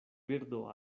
birdo